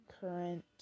current